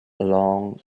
along